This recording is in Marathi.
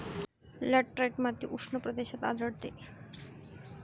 लॅटराइट माती उष्ण प्रदेशात आढळते